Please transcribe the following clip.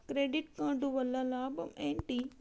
Credit card వల్ల లాభం ఏంటి?